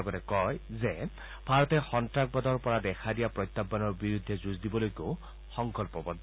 লগতে কয় যে ভাৰতে সন্ত্ৰাসবাদৰ পৰা দেখা প্ৰত্যাহানৰ বিৰুদ্ধে যঁজ দিবলৈকো সংকল্পবদ্ধ